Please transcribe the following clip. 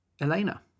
Elena